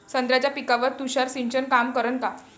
संत्र्याच्या पिकावर तुषार सिंचन काम करन का?